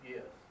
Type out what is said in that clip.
Yes